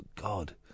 God